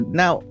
now